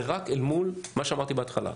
זה רק אל מול מה שאמרתי בהתחלה,